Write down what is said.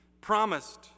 promised